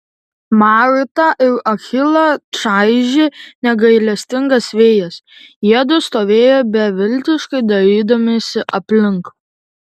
martą ir achilą čaižė negailestingas vėjas jiedu stovėjo beviltiškai dairydamiesi aplink